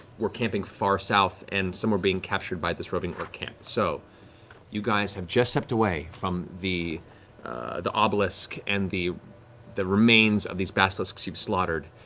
were camping far south and some were being captured by this roving orc camp. so you guys have just stepped away from the the um obelisk and the the remains of these basilisks you've slaughtered.